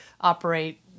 operate